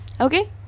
okay